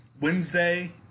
Wednesday